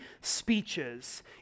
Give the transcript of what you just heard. speeches